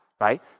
right